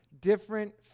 different